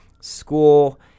school